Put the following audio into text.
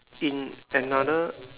in another